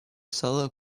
solo